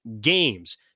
games